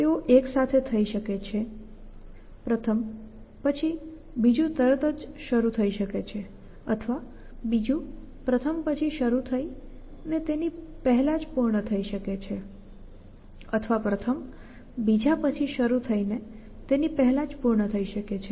તેઓ એક સાથે થઈ શકે છે પ્રથમ પછી બીજું તરત જ શરૂ થઈ શકે છે અથવા બીજું પ્રથમ પછી શરુ થઇને તેની પેહલા જ પૂર્ણ થઈ શકે છે અથવા પ્રથમ બીજા પછી શરુ થઇને તેની પેહલા જ પૂર્ણ થઈ શકે છે